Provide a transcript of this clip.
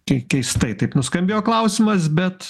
kiek keistai taip nuskambėjo klausimas bet